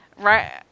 right